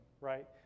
right